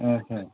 ହଁ ହଁ